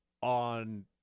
on